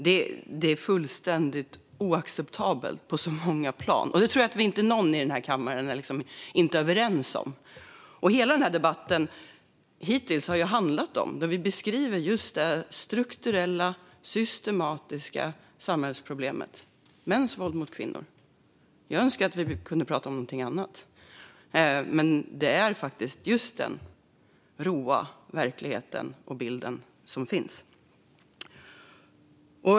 Detta är fullständigt oacceptabelt på så många plan, vilket jag tror att alla i kammaren är överens om. Hittills har dagens debatt handlat om detta strukturella, systematiska samhällsproblem: mäns våld mot kvinnor. Jag önskar att vi kunde prata om något annat, men detta är den råa verkligheten.